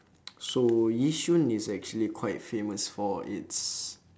so yishun is actually quite famous for its